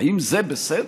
האם זה בסדר?